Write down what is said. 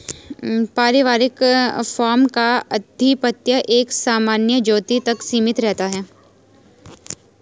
पारिवारिक फार्म का आधिपत्य एक सामान्य ज्योति तक सीमित रहता है